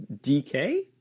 DK